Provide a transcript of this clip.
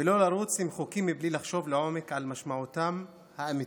ולא לרוץ עם חוקים בלי לחשוב לעומק על משמעותם האמיתית.